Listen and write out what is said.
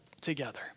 together